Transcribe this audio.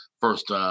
first